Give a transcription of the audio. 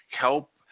help